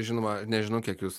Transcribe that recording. žinoma nežinau kiek jūs